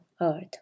earth